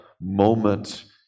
moment